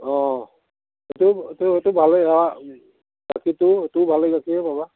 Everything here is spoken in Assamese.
অঁ এইটো এইটো এইটো ভালেই অঁ গাখীৰটো এইটো ভালেই গাখীৰেই পাবা